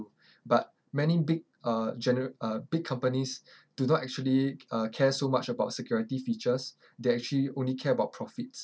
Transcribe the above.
but many big uh general uh big companies do not actually c~ uh care so much about security features they actually only care about profits